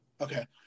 Okay